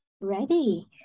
ready